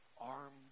armed